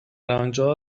انجا